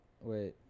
Wait